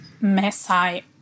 Mesai